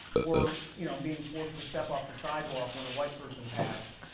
or you know being forced to step off the sidewalk when a white person passed,